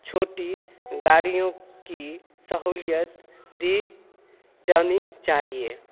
چھوٹی گاڑیوں کی سہولیت دی جانی چاہیے